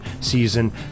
season